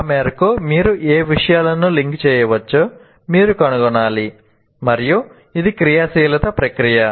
ఆ మేరకు మీరు ఏ విషయాలను లింక్ చేయవచ్చో మీరు కనుగొనాలి మరియు ఇది క్రియాశీలత ప్రక్రియ